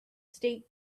state